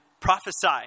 Prophesy